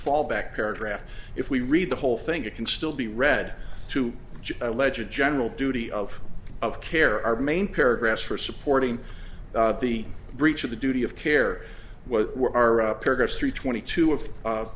fallback paragraph if we read the whole thing it can still be read to allege a general duty of of care our main paragraph for supporting the breach of the duty of care what were our paragraphs three twenty two of